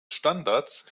standards